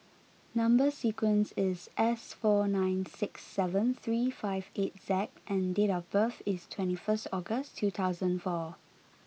number sequence is S four nine six seven three five eight Z and date of birth is twenty first August two thousand and four